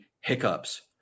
hiccups